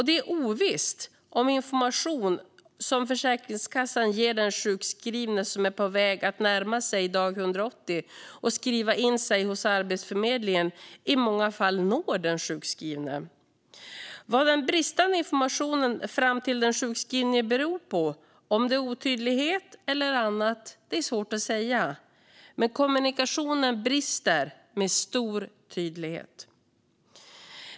Det är ovisst om den information som Försäkringskassan ger den sjukskrivne som är på väg att närma sig dag 180 och skriva in sig hos Arbetsförmedlingen i många fall når den sjukskrivne. Vad den bristande informationen fram till den sjukskrivne beror på, om det är otydlighet eller annat, är svårt att säga. Men kommunikationen brister med stor tydlighet.